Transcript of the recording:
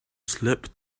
slip